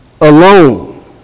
alone